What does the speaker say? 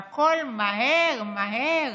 והכול מהר מהר,